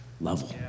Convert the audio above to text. level